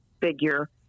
figure